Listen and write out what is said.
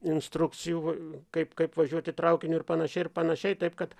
instrukcijų kaip kaip važiuoti traukiniu ir panašiai ir panašiai taip kad